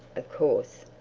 of course,